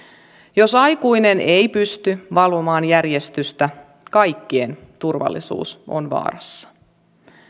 jos aikuinen ei pysty valvomaan järjestystä kaikkien turvallisuus on vaarassa